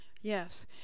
Yes